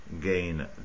gain